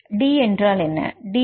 1 D என்றால் என்ன D is 2 arginine